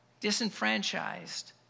disenfranchised